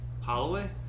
Holloway